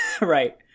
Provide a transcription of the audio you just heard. Right